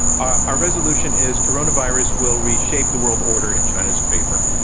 our resolution is coronavirus will reshape the world order in china's favor.